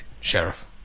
Sheriff